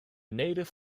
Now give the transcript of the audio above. native